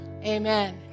amen